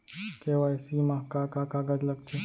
KYC मा का का कागज लगथे?